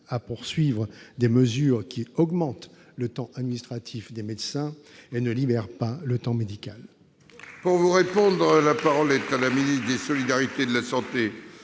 à poursuivre des mesures qui augmentent le temps administratif des médecins et ne libèrent pas de temps médical